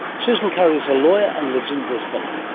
susan currie is a lawyer and lives in brisbane.